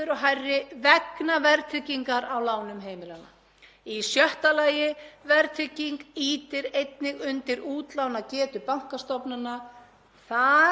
Þar með myndast jákvæð afturvirkni milli verðbólgu og útlánagetu bankastofnana vegna verðtryggingar lána.